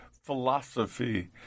philosophy